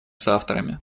соавторами